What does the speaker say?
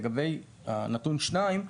לגבי נתון 2,